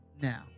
Now